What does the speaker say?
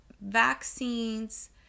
vaccines